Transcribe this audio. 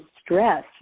stress